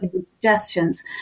suggestions